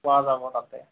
পোৱা যাব তাতে